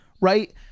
right